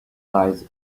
ties